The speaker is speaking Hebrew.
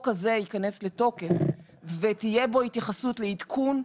הזה ייכנס לתוקף ותהיה בו התייחסות לעדכון,